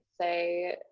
say